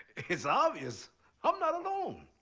it's obvious i'm not alone.